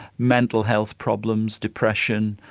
mental health problems, depression,